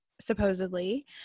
supposedly